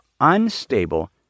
unstable